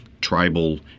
tribal